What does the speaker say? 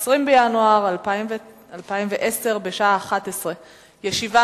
20 בינואר 2010, בשעה 11:00. ישיבה